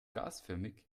gasförmig